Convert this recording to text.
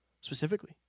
specifically